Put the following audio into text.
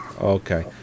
Okay